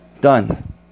done